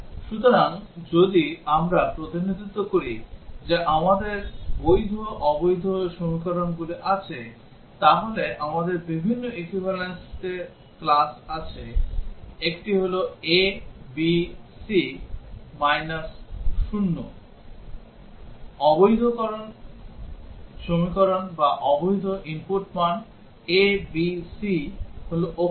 সুতরাং যদি আমরা প্রতিনিধিত্ব করি যে আমাদের বৈধ অবৈধ সমীকরণগুলি আছে তাহলে আমাদের বিভিন্ন equivalence class আছে একটি হল a b c 0 অবৈধ সমীকরণ বা অবৈধ input মান a b c হল অক্ষর